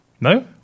No